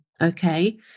Okay